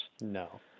No